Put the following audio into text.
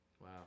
Wow